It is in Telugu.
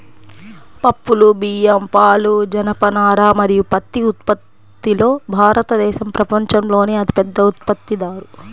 పప్పులు, బియ్యం, పాలు, జనపనార మరియు పత్తి ఉత్పత్తిలో భారతదేశం ప్రపంచంలోనే అతిపెద్ద ఉత్పత్తిదారు